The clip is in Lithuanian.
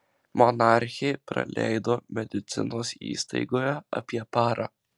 monarchė praleido medicinos įstaigoje apie parą